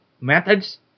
methods